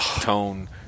tone